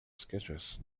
sketches